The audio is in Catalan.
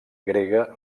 grega